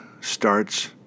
starts